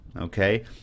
Okay